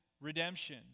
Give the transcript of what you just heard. redemption